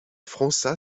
fronça